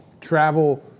travel